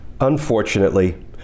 Unfortunately